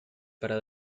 para